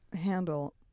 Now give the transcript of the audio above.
handle